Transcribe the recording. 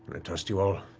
i trust you all.